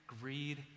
greed